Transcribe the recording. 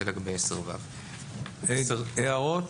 הערות?